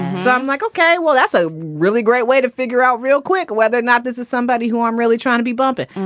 so i'm like, ok, well, that's a really great way to figure out real quick whether or not this is somebody who i'm really trying to be bumpin.